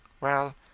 Well